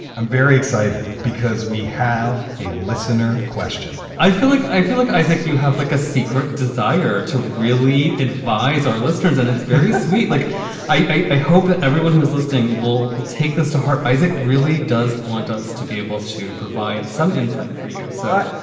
i'm very excited because we have a listener question i feel like i feel like i think you have like a secret desire to really advise our listeners. and it's very sweet. like i i hope that everyone who is listening will will take this to heart. isaac really does want us to be able to provide some insight for you so that,